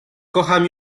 kocham